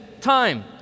time